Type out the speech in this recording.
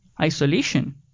isolation